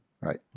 right